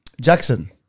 Jackson